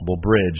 bridge